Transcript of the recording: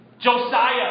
Josiah